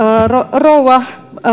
rouva